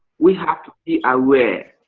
we have to be aware,